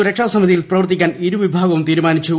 സുരക്ഷാ സമിതിയിൽ പ്രവർത്തിക്കാൻ ഇരുവിഭാഗവും തീരുമാനിച്ചു